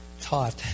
taught